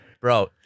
bro